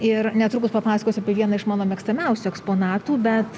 ir netrukus papasakosiu apie vieną iš mano mėgstamiausių eksponatų bet